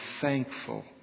thankful